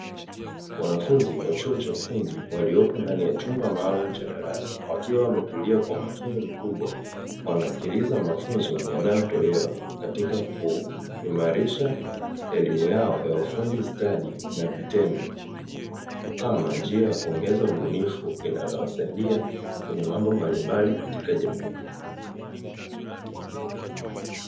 Wanafunzi wa chuo cha ufundi waliopo ndani ya chumba maalumu cha darasa, wakiwa wametulia kwa umakini mkubwa wanasikiliza mafunzo yanayotolewa, katika kuimarisha elimu yao ya ufundi stadi na vitendo, kama njia ya kuongeza ubunifu inayowasaidia kwenye mambo mbalimbali katika jamii.